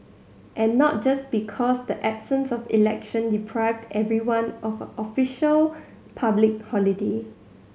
and not just because the absence of election deprived everyone of a official public holiday